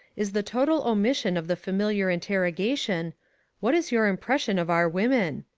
is the total omission of the familiar interrogation what is your impression of our women?